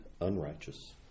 unrighteous